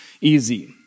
easy